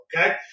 Okay